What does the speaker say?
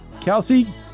Kelsey